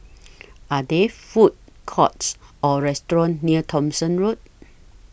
Are There Food Courts Or restaurants near Thomson Road